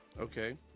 Okay